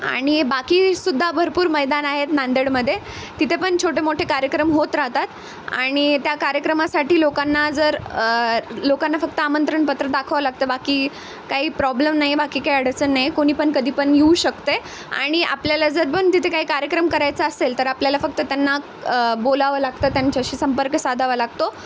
आणि बाकी सुद्धा भरपूर मैदान आहेत नांदेडमध्ये तिथे पण छोटे मोठे कार्यक्रम होत राहतात आणि त्या कार्यक्रमासाठी लोकांना जर लोकांना फक्त आमंत्रणपत्र दाखवावं लागतं बाकी काही प्रॉब्लम नाही बाकी काही अडचण नाही आहे कोणी पण कधी पण येऊ शकते आणि आपल्याला जर पण तिथे काही कार्यक्रम करायचा असेल तर आपल्याला फक्त त्यांना बोलावं लागतं त्यांच्याशी संपर्क साधावा लागतो